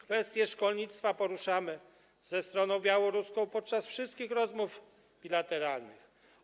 Kwestie szkolnictwa poruszamy ze stroną białoruską podczas wszystkich rozmów bilateralnych.